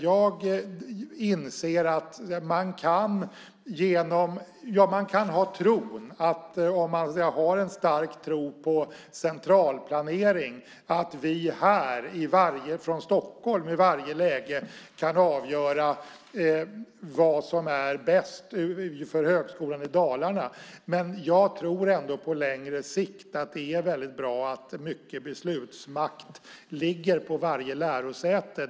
Jag inser att man kan tro, om man har en stark tro på centralplanering, att vi här från Stockholm i varje läge kan avgöra vad som är bäst för Högskolan Dalarna. Jag tror att det på längre sikt är bra att mycket beslutsmakt ligger på varje lärosäte.